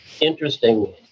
interesting